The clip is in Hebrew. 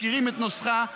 מכירים את נוסחה,